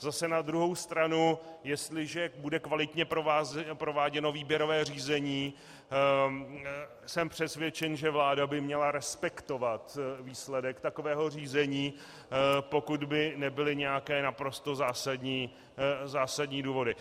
Zase na druhou stranu jestliže bude kvalitně prováděno výběrové řízení, jsem přesvědčen, že vláda by měla respektovat výsledek takového řízení, pokud by nebyly nějaké naprosto zásadní důvody.